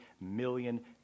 million